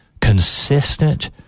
consistent